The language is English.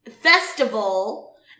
festival